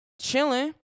chilling